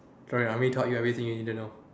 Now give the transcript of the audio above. sorry army taught you everything you need to know